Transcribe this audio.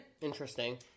Interesting